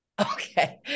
Okay